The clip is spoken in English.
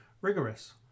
rigorous